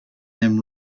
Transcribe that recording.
them